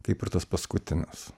kaip ir tas paskutinis